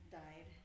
died